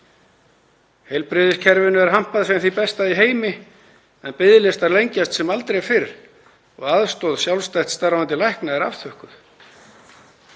Heilbrigðiskerfinu er hampað sem því besta í heimi en biðlistar lengjast sem aldrei fyrr og aðstoð sjálfstætt starfandi lækna er afþökkuð.